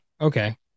okay